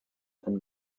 and